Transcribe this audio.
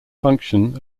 function